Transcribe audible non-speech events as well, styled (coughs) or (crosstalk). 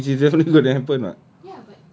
(coughs) which is definitely gonna happen [what]